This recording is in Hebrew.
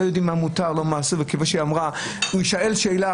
לא יודעים מה מותר ומה אסור וכמו שאמרה חברת הכנסת